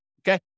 Okay